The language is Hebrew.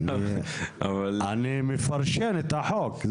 אני מפרשן את החוק.